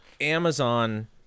Amazon